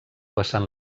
vessant